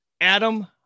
Adam